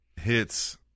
hits